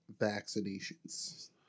vaccinations